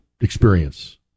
experience